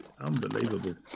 Unbelievable